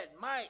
Mike